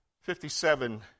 Fifty-seven